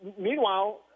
Meanwhile